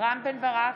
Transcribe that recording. רם בן ברק,